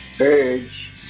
urge